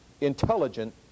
intelligent